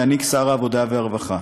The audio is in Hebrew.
יעניק שר העבודה והרווחה,